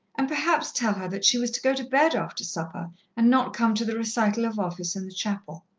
and perhaps tell her that she was to go to bed after supper and not come to the recital of office in the chapel.